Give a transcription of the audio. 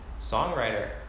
songwriter